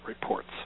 reports